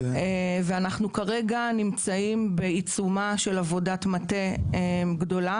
ואנחנו כרגע נמצאים בעיצומה של עבודת מטה גדולה